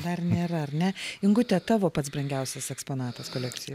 dar nėra ar ne ingute tavo pats brangiausias eksponatas kolekcijoj